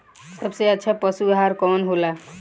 सबसे अच्छा पशु आहार कवन हो ला?